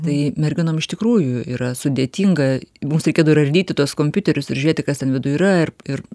tai merginom iš tikrųjų yra sudėtinga mums reikėdavo ir ardyti tuos kompiuterius ir žiūrėti kas ten viduj yra ir ir